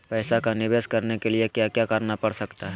पैसा का निवेस करने के लिए क्या क्या करना पड़ सकता है?